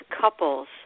couples